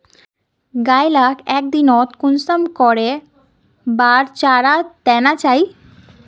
गाय लाक एक दिनोत कुंसम करे बार चारा देना चही?